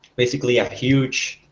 basically a huge